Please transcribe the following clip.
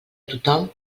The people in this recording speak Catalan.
tothom